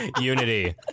unity